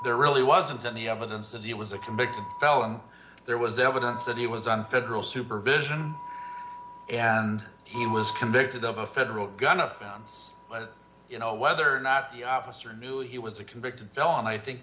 there really wasn't any evidence of the it was a convicted felon there was evidence that he was on federal supervision and he was convicted of a federal gun offense you know whether or not the officer knew he was a convicted felon i think